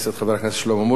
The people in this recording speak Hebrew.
חבר הכנסת שלמה מולה.